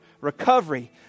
recovery